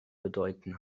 bedeuten